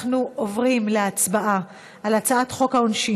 אנחנו עוברים להצבעה על הצעת חוק העונשין